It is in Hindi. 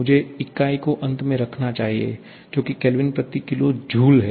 मुझे इकाई को अंत में रखना चाहिए जो कि केल्विन प्रति किलो जूल है